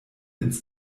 ins